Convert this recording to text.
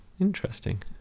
interesting